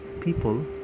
people